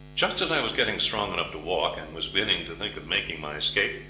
just as i was getting strong enough to walk, and was beginning to think of making my escape,